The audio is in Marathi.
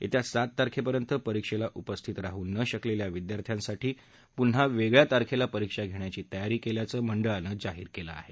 यख्या सात तारखप्रिंत परीक्षस्ती उपस्थित राहू न शकलख्या विद्यार्थ्यांसाठी पून्हा कक्रिया तारखप्रि परीक्षा घघ्याची तयारी कव्याचं मंडळानं जाहीर कवि आह